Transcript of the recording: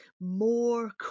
more